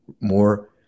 more